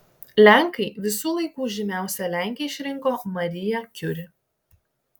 lenkai visų laikų žymiausia lenke išrinko mariją kiuri